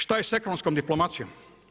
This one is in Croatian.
Što je sa ekonomskom diplomacijom?